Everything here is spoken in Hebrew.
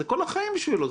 זה כל החיים שלו,